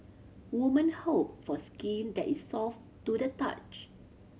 woman hope for skin that is soft to the touch